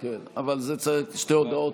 אלה שתי הודעת